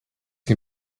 can